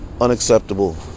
Unacceptable